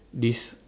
this